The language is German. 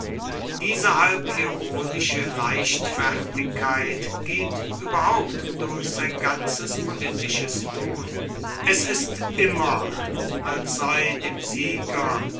diese halb ironische leichtfertigkeit geht überhaupt durch sein ganzes politisches tun es ist immer als sei dem sieger